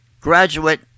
graduate